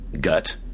gut